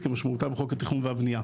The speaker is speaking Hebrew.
כמשמעותה בחוק התכנון והבנייה.